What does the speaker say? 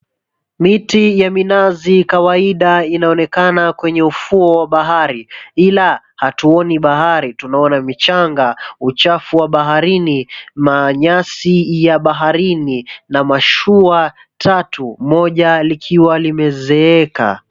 Miti ya minazi kawaida inaonekana kwenye ufuo wa bahari, ila hatuoni bahari tunaona michanga, uchafu wa baharini, manyasi ya baharini na mashua tatu. Moja likiwa limezeeka.